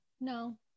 no